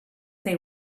they